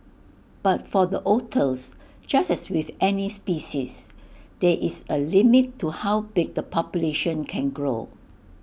but for the otters just as with any species there is A limit to how big the population can grow